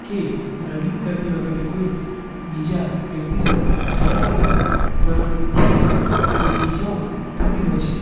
કે રનિંગ કરતી વખતે કોઈ બીજા વ્યક્તિ સાથે અથડાવાથી પરથી પણ એવી ઈજાઓ થતી હોય છે